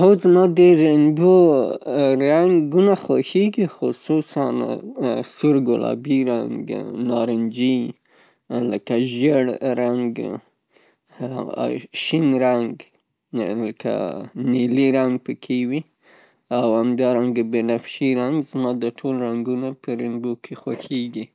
هو زما ډیر د رینبو رنګونه خوښیږي خصوصاً سور ګلابی رنګ، نارنجی لکه ژیړ رنګ، شین رنګ لکه نیلي رنګ په کې وي او همدارنګه بنفشي رنګ. زما ټول رنګونه په رینبو کې خوښیږي